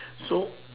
so